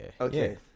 Okay